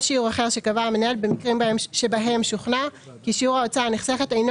שיעור אחר שקבע המנהל במקרים שבהם שוכנע כי שיעור ההוצאה הנחסכת אינו